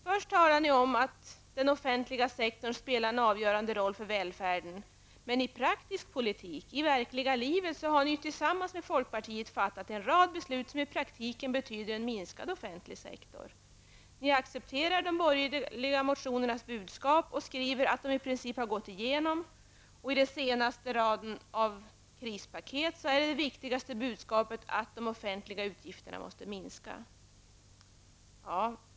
Först talar ni om att den offentliga sektorn spelar en avgörande roll för välfärden, men i praktisk politik i verkliga livet har ni tillsammans med folkpartiet fattat en rad beslut som medför en minskad offentlig sektor. Ni accepterar de borgerliga motionernas budskap och skriver att de i princip gått igenom. I det senaste i raden av krispaket är det viktigaste budskapet att de offentliga utgifterna måste minska.